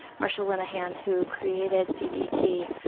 marsha linehan, who created dbt,